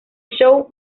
show